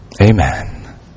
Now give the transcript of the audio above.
Amen